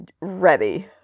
ready